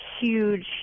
huge